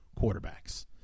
quarterbacks